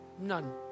none